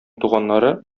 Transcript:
туганнары